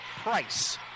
Price